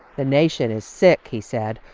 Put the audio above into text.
the nation is sick, he said,